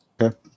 Okay